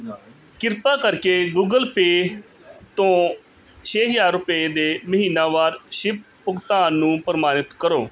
ਕਿਰਪਾ ਕਰਕੇ Google Pay ਤੋਂ ਛੇ ਹਜ਼ਾਰ ਰੁਪਏ ਦੇ ਮਹੀਨਾਵਾਰ ਸ਼ਿੱਪ ਭੁਗਤਾਨ ਨੂੰ ਪ੍ਰਮਾਣਿਤ ਕਰੋ